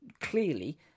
clearly